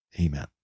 Amen